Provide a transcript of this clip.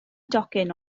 docyn